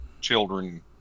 children